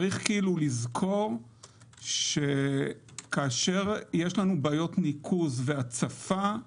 צריך לזכור שכאשר יש לנו בעיות ניקוז והצפה,